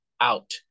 out